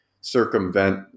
circumvent